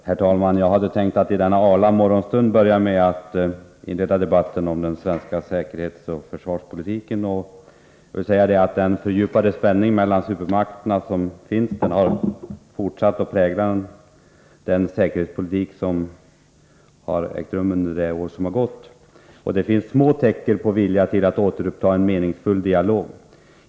Herr talman! Jag hade tänkt att i denna arla morgonstund inleda debatten med frågor kring den svenska säkerhetsoch försvarspolitiken. Den fördjupade spänningen mellan supermakterna har fortsatt att prägla säkerhetspolitiken under det år som gått. Det finns små tecken på vilja till att återuppta en meningsfull dialog.